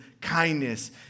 kindness